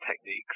techniques